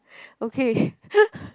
okay